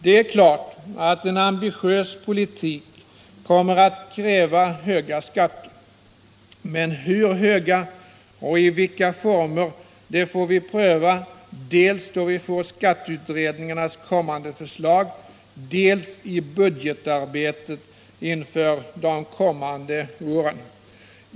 Det är klart att en ambitiös politik kommer att kräva höga skatter, men hur höga och i vilka former får vi pröva dels då vi har skatteutredningarnas kommande förslag, dels i budgetarbetet inför de kommande åren.